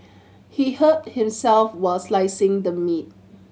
he hurt himself while slicing the meat